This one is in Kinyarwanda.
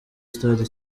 stade